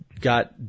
got